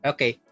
Okay